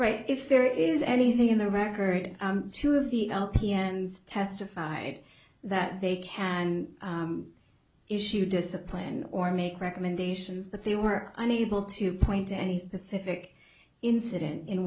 right if there is anything in the record of two of the p n's testified that they can and issue discipline or make recommendations that they were unable to point to any specific incident in